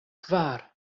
kvar